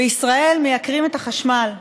בישראל מייקרים את החשמל,